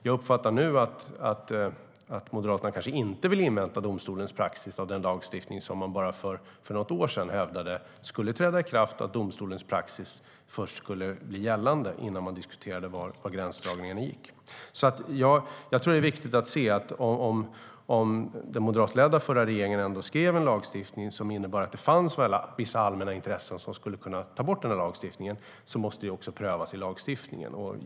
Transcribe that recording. Jag uppfattar nu att Moderaterna kanske inte vill invänta domstolens praxis av den lagstiftning man bara för något år sedan hävdade skulle träda i kraft och där domstolens praxis skulle bli gällande innan man diskuterade hur gränsdragningen såg ut. Med tanke på att den moderatledda tidigare regeringen ändå skapade en lagstiftning som innebar att det fanns vissa allmänna intressen som skulle kunna ta bort lagstiftningen tror jag alltså att det är viktigt att det också prövas i lagstiftningen.